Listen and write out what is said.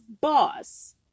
boss